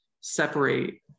separate